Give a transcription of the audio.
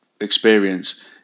experience